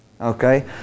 okay